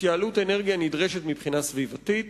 התייעלות האנרגיה נדרשת מבחינה סביבתית